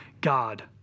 God